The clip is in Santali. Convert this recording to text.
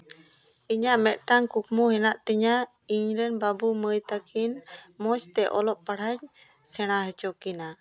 ᱤᱧᱟᱹᱜ ᱢᱤᱫᱴᱟᱝ ᱠᱩᱠᱢᱩ ᱦᱮᱱᱟᱜ ᱛᱤᱧᱟᱹ ᱤᱧᱨᱮᱱ ᱵᱟᱹᱵᱩ ᱢᱟᱹᱭ ᱛᱟᱹᱠᱤᱱ ᱢᱚᱡᱽᱛᱮ ᱚᱞᱚᱜ ᱯᱟᱲᱦᱟᱣᱤᱧ ᱥᱮᱬᱟ ᱦᱚᱪᱚ ᱠᱤᱱᱟ